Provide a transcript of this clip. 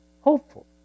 hopeful